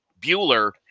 Bueller